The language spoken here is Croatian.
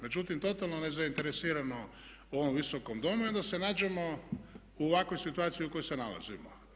Međutim, totalno nezainteresirano u ovom Visokom domu i onda se nađemo u ovakvoj situaciji u kojoj se nalazimo.